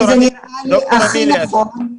זה נראה לי הכי נכון,